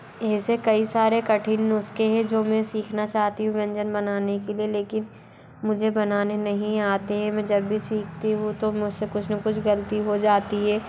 ऐसे कई सारे कठिन नुस्खे हैं जो मैं सीखना चाहती हूँ व्यंजन बनाने के लिए लेकिन मुझे बनाने नहीं आते मैं जब भी सीखती हूँ मुझे कुछ न कुछ गलती हो जाती है